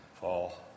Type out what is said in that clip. fall